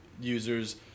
users